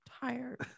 Tired